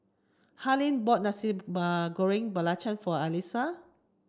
Harlene bought Nasi Goreng Belacan for Alysia